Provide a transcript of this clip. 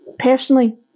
Personally